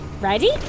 Ready